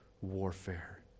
warfare